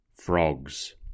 Frogs